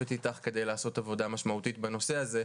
משותפת איתך כדי לעשות עבודה משמעותית בנושא הזה.